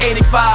85